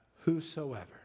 whosoever